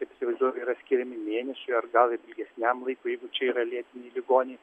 taip įsivaizduoju kad yra skiriami mėnesiui ar gal ilgesniam laikui jeigu čia yra lėtiniai ligoniai